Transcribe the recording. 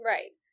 Right